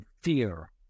fear